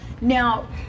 now